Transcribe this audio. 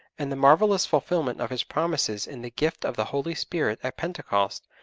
and the marvellous fulfilment of his promises in the gift of the holy spirit at pentecost,